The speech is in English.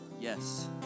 Yes